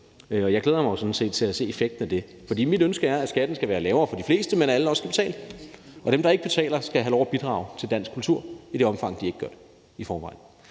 mig sådan set til at se effekten af det. For mit ønske er, at skatten skal være lavere for de fleste, men at alle også skal betale, og dem, der ikke betaler, skal have lov at bidrage til dansk kultur i det omfang, de ikke gør det